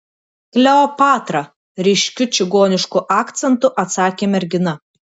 kleopatra ryškiu čigonišku akcentu atsakė mergina